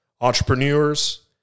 entrepreneurs